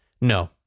No